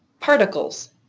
particles